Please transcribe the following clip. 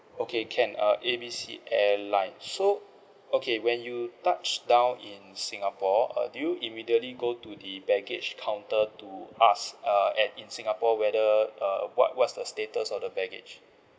okay can uh A B C airline so okay when you touched down in singapore uh do you immediately go to the baggage counter to ask uh at in singapore whether uh what what's the status of the baggage